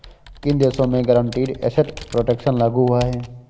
किन देशों में गारंटीड एसेट प्रोटेक्शन लागू हुआ है?